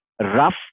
rough